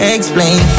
Explain